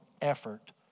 effort